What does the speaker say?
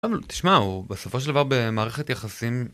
אבל תשמע, הוא בסופו של דבר במערכת יחסים...